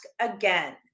again